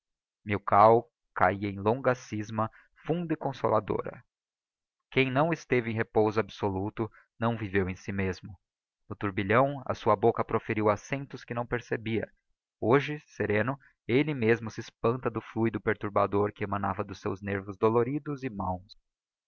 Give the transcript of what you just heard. milkau cahia em longa scisma funda e consoladora quem não esteve em repouso absoluto não viveu em si mesmo no turbilhão a sua bocca proferiu accentos que não percebia hoje sereno cue mesmo se espanta do fluido perturbador que emanava dos seus nervos doloridos e máos